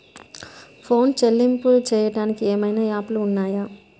Phone చెల్లింపులు చెయ్యటానికి ఏవైనా యాప్లు ఉన్నాయా?